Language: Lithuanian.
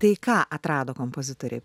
tai ką atrado kompozitoriai